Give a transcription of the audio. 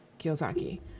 Kiyosaki